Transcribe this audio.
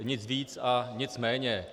Nic víc a nic méně.